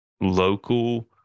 local